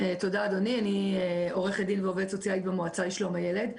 אני עורכת דין ועובדת סוציאלית במועצה לשלום הילד.